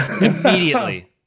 Immediately